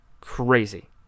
Crazy